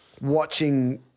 watching –